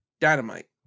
Dynamite